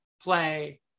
play